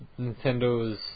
Nintendo's